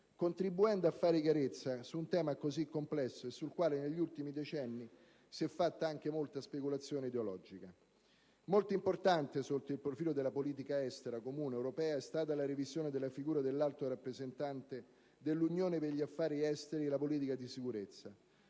contribuendo a fare chiarezza su un tema così complesso e sul quale negli ultimi decenni si è fatta anche molta speculazione ideologica. Molto importante, sotto il profilo della politica estera comune europea, è stata la revisione della figura dell'Alto rappresentante dell'Unione per gli affari esteri e la politica di sicurezza,